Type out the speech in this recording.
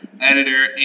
Editor